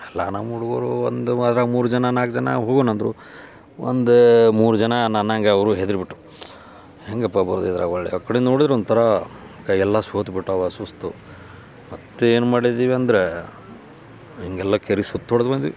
ಎಲ್ಲ ನಮ್ಮ ಹುಡುಗರು ಒಂದು ಅದ್ರಾಗ ಮೂರು ಜನ ನಾಲ್ಕು ಜನ ಹೋಗಣ ಅಂದರು ಒಂದು ಮೂರು ಜನ ನನ್ನಂಗೆ ಅವರೂ ಹೆದ್ರಿ ಬಿಟ್ಟರು ಹೇಗಪ್ಪ ಬರೋದು ಇದ್ರಾಗ ಹೊಳ್ಳಿ ಆ ಕಡೆ ನೋಡಿದ್ರೆ ಒಂಥರ ಕೈಯೆಲ್ಲ ಸೋತು ಬಿಟ್ಟವು ಸುಸ್ತು ಮತ್ತು ಏನು ಮಾಡಿದೀವಿ ಅಂದ್ರೆ ಹೀಗೆಲ್ಲ ಕೆರೆ ಸುತ್ತೊಡ್ದು ಬಂದ್ವಿ